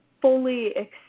fully